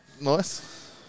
Nice